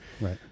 Right